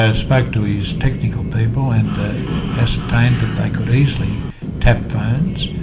ah spoke to his technical people and ah ascertained that they could easily tap phones,